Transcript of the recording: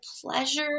pleasure